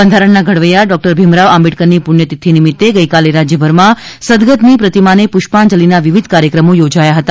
બંધારણના ઘડવૈયા ડૉકટર ભીમરાવ આંબેડકરની પુણ્યતિથી નિમિત ગઇકાલે રાજયભરમાં સદગતની પ્રતિમાને પુષાંજલિના વિવિધ કાર્યક્રમો યોજાયા હતા